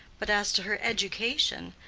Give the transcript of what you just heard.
but as to her education,